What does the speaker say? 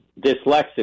dyslexic